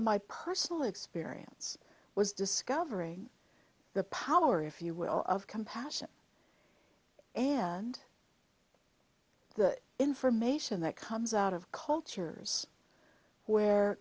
my personal experience was discovering the power if you will of compassion and the information that comes out of cultures where